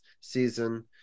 season